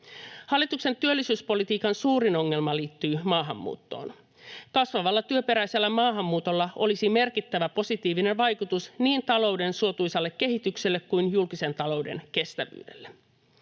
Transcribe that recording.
Hallituksen työllisyyspolitiikan suurin ongelma liittyy maahanmuuttoon. Kasvavalla työperäisellä maahanmuutolla olisi merkittävä positiivinen vaikutus niin talouden suotuisalle kehitykselle kuin julkisen talouden kestävyydelle.